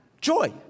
joy